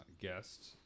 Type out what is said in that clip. guest